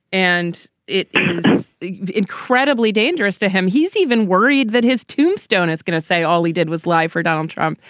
and it is incredibly dangerous to him. he's even worried that his tombstone is going to say all he did was live for donald trump.